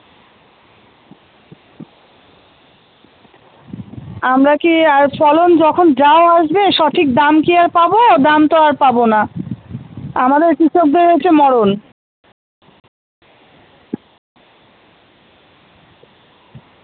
আমরা কি আর ফলন যখন যা আসবে সঠিক দাম কি আর পাবো দাম তো আর পাবো না আমাদের কৃষকদের হচ্চে মরণ